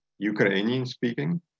Ukrainian-speaking